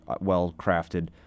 well-crafted